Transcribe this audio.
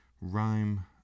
rhyme